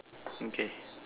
okay